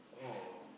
oh